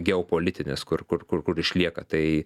geopolitinės kur kur kur kur išlieka tai